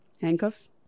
Handcuffs